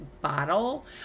bottle